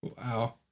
Wow